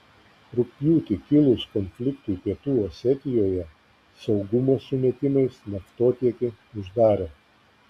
rugpjūtį kilus konfliktui pietų osetijoje saugumo sumetimais naftotiekį uždarė